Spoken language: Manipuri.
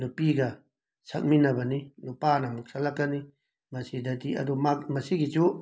ꯅꯨꯄꯤꯒ ꯁꯛꯃꯤꯟꯅꯕꯅꯤ ꯅꯨꯄꯥꯅ ꯑꯃꯨꯛ ꯁꯛꯂꯛꯀꯅꯤ ꯃꯁꯤꯗꯗꯤ ꯑꯗꯨ ꯃꯥꯛ ꯃꯁꯤꯒꯤꯁꯨ